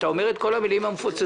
אתה אומר את כל המילים המפוצצות,